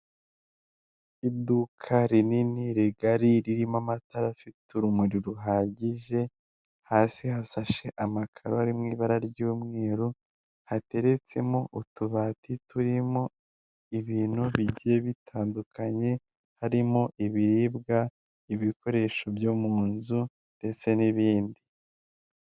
Iduka rinini rigari ririmo amatara afite urumuri ruhagije, hasi hasashe amakaro ari mu ibara ry'umweru hateretsemo utubati turimo ibintu bigiye bitandukanye harimo ibiribwa, ibikoresho byo mu nzu ndetse n'ibindi.